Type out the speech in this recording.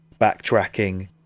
backtracking